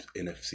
NFC